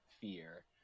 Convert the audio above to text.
fear